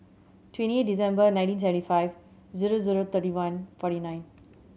twenty eight December nineteen seventy five zero zero thirty one forty nine